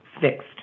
fixed